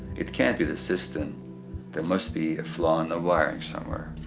it can't be the system there must be a flaw in the wiring somewhere.